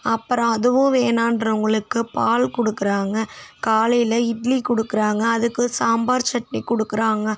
அப்புறம் அதுவும் வேணாகிறவுங்களுக்கு பால் கொடுக்குறாங்க காலையில் இட்லி கொடுக்குறாங்க அதுக்கு சாம்பார் சட்னி கொடுக்குறாங்க